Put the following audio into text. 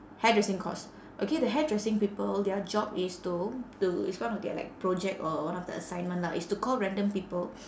hairdressing course okay the hairdressing people their job is to to it's one of their like project or one of the assignment lah is to call random people